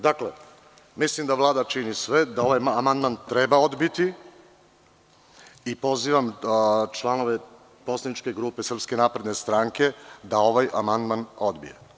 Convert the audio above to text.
Dakle, mislim da Vlada čini sve, da ovaj amandman treba odbiti i pozivam članove poslaničke grupe SNS da ovaj amandman odbije.